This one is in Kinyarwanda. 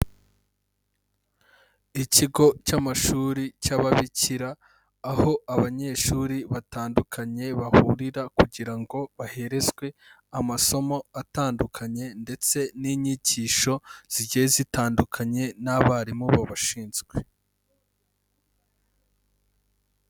Ikigo cy'amashuri cy'ababikira, aho abanyeshuri batandukanye bahurira kugira ngo baherezwe amasomo atandukanye ndetse n'inyigisho zigiye zitandukanye n'abarimu babashinzwe.